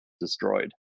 destroyed